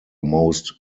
most